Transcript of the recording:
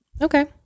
Okay